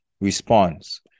response